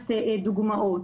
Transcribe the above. מעט דוגמאות: